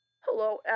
Hello